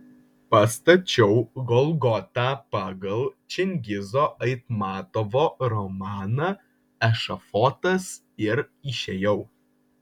pastačiau golgotą pagal čingizo aitmatovo romaną ešafotas ir išėjau